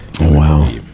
Wow